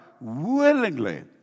willingly